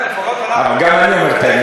כן, לפחות אנחנו אומרים, אבל גם אני אומר את האמת.